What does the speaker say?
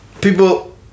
People